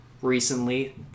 Recently